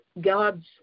God's